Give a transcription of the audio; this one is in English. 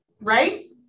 right